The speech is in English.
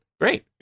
great